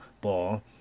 ball